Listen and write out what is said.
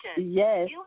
Yes